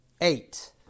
eight